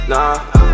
Nah